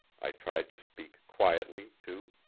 i tried to speak quietly, too.